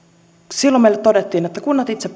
silloin meille todettiin että kunnat itse